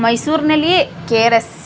ಮೈಸೂರಿನಲ್ಲಿಯೇ K R S